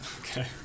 Okay